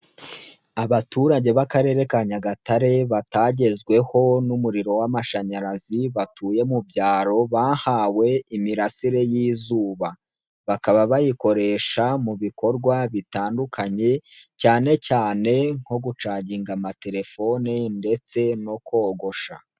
Abaturage b'akarere ka Nyagatare batagezweho n'umuriro w'amashanyarazibatuye mu byaro, bahawe imirasire y'izuba, bakaba bayikoresha mu bikorwa bitandukanye, cyane cyane nko gucaginga amatelefone ndetse no kogosha.